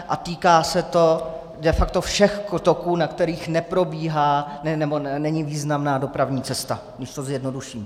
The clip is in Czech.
A týká se to de facto všech toků, na kterých neprobíhá nebo není významná dopravní cesta, když to zjednoduším.